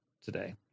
today